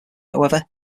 however